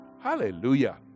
Hallelujah